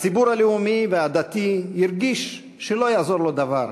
הציבור הלאומי והדתי הרגיש שלא יעזור לו דבר,